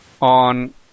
on